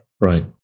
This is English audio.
Right